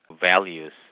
values